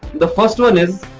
the first one is.